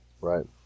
Right